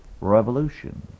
revolution